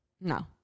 No